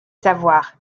savoir